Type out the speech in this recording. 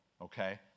okay